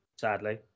sadly